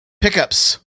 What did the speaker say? pickups